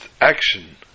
action